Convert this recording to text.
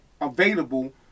available